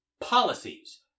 policies